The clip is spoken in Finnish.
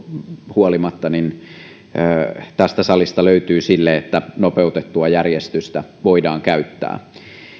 huolimatta tästä salista löytyy sille että nopeutettua järjestystä voidaan käyttää